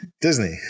Disney